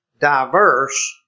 diverse